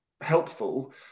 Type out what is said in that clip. helpful